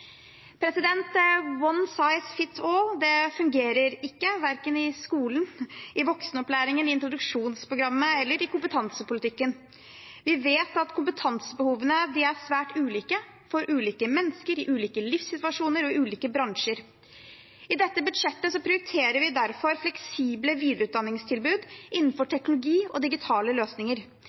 fungerer ikke, verken i skolen, i voksenopplæringen, i introduksjonsprogrammet eller i kompetansepolitikken. Vi vet at kompetansebehovene er svært ulike for ulike mennesker i ulike livssituasjoner og i ulike bransjer. I dette budsjettet prioriterer vi derfor fleksible videreutdanningstilbud innenfor teknologi og digitale løsninger.